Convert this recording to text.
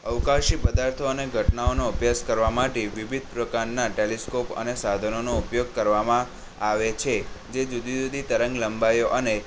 અવકાશી પદાર્થો અને ઘટનાઓનો અભ્યાસ કરવા માટે વિવિધ પ્રકારના ટેલિસ્કોપ અને સાધનોનો ઉપયોગ કરવામાં આવે છે જે જુદી જુદી તરંગ લંબાઈઓ અને